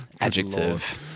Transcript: Adjective